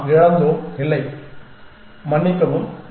நாம் இழந்தோம் இல்லை மன்னிக்கவும்